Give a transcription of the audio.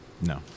No